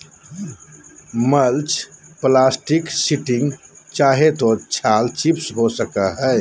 mulch plastic sheeting चाहे तो छाल चिप्स हो सको हइ